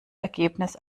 ergebnis